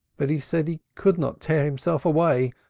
but he said he could not tear himself away,